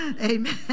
Amen